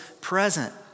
present